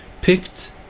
Picked